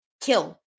kill